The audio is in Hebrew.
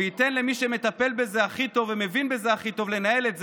וייתן למי שמטפל בזה הכי טוב ומבין בזה הכי טוב לנהל את זה,